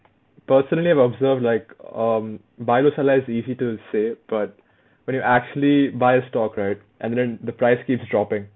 personally I've observed like um buy low sell high is easy to say but when you actually buy a stock right and then the price keeps dropping